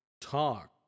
talk